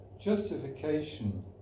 justification